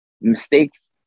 mistakes